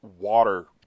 water